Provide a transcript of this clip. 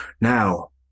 Now